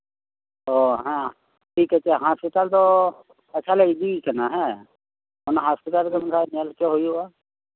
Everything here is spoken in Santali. ᱚ ᱦᱮᱸ ᱴᱷᱤᱠ ᱟᱪᱷᱮ ᱦᱟᱥᱯᱤᱴᱟᱞ ᱫᱚ ᱟᱪᱪᱷᱟᱞᱮ ᱤᱫᱤᱭᱮ ᱠᱟᱱᱟ ᱦᱮᱸ ᱚᱱᱟ ᱦᱟᱥᱯᱤᱴᱟᱞᱨᱮ ᱧᱮᱞ ᱦᱚᱪᱚᱜ ᱦᱩᱭᱩᱜᱼᱟ